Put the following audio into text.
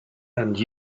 and